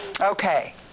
Okay